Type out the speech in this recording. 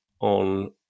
on